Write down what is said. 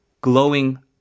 glowing